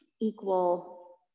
equal